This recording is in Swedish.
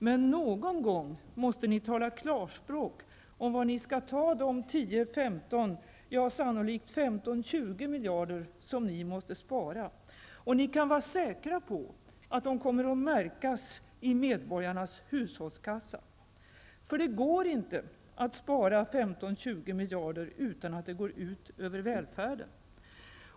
Men någon gång måste ni tala klarspråk om var ni skall ta de 10--15 miljarder, ja sannolikt 15--20 miljarder, som ni måste spara. Och ni kan vara säkra på att de kommer att märkas i medborgarnas hushållskassa. Det går inte att spara 15--20 miljarder utan att det går ut över välfärden.